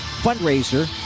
fundraiser